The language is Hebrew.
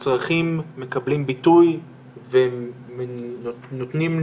הצרכים מקבלים ביטוי והם נותנים,